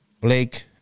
Blake